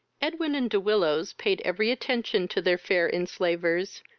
edwin and de willows paid every attention to their fair enslavers,